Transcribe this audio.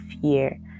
fear